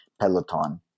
peloton